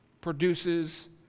produces